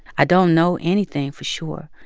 i don't know anything for sure,